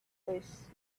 place